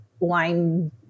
line